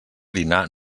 dinar